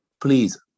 please